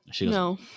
no